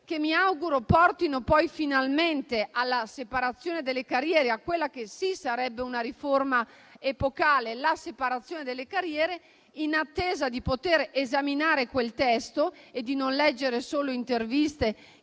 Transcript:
che mi auguro portino poi finalmente alla separazione delle carriere, a quella che sì sarebbe una riforma epocale, in attesa di poter esaminare quel testo e di non leggere solo interviste